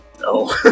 No